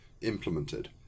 implemented